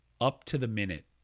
up-to-the-minute